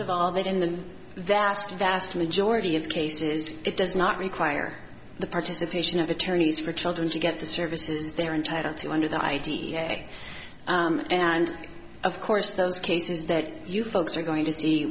of all that in the vast vast majority of cases it does not require the participation of attorneys for children to get the services they are entitled to under the idea and of course those cases that you folks are going to